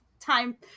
time